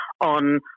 on